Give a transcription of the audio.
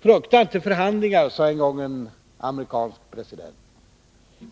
Frukta inte förhandlingar, sade en gång en amerikansk president.